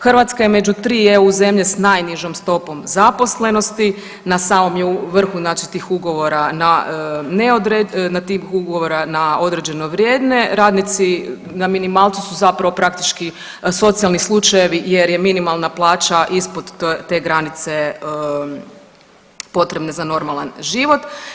Hrvatska je među 3 eu zemlje s najnižom stopom zaposlenosti, na samom je vrhu znači tih ugovora na određeno vrijeme, radnici na minimalcu su zapravo praktički socijalni slučajevi jer je minimalna plaća ispod te granice potrebne za normalna život.